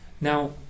now